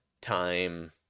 time